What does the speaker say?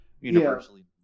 universally